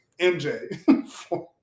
MJ